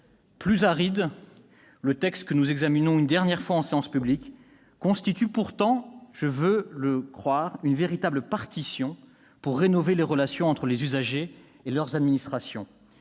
Plus aride, le texte que nous examinons une dernière fois en séance publique constitue pourtant, je veux le croire, une véritable partition pour rénover les relations entre les usagers et leurs administrations.